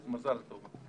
מזל טוב.